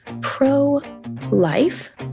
pro-life